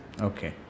Okay